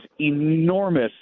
enormous